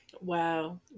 Wow